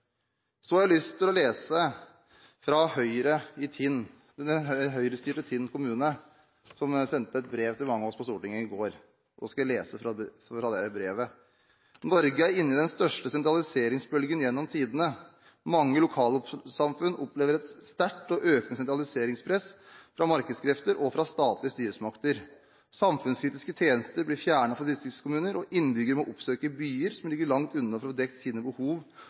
Så har jeg lyst til å referere fra et brev som ble sendt fra Høyre-styrte Tinn kommune til mange av oss på Stortinget i går. Der står det at Norge er inne i den største sentraliseringsbølgen gjennom tidene, og at mange lokalsamfunn opplever et sterkt og økende sentraliseringspress fra markedskrefter og fra statlige styresmakter. Videre kan vi lese at samfunnskritiske tjenester blir fjernet fra distriktskommuner, og at innbyggere må oppsøke byer som ligger langt unna, for å få dekket sine behov